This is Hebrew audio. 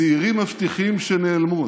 צעירים מבטיחים שנעלמו.